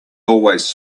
always